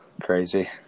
crazy